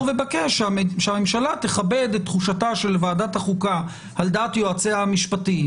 ובקש שהממשלה תכבד את תחושתה של ועדת החוקה על דעת יועציה המשפטיים